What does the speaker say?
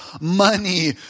money